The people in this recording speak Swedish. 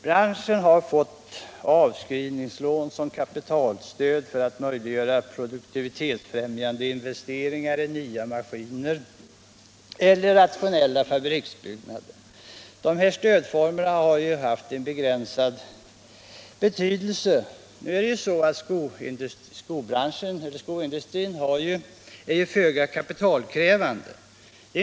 Branschen har fått avskrivningslån som kapitalstöd för att möjliggöra produktivitetsfrämjande investeringar i nya maskiner eller rationella fabriksbyggnader. Dessa stödformer har dock bara haft en begränsad betydelse. Skoindustrin är föga kapitalkrävande.